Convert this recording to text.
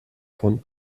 von